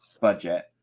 budget